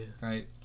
Right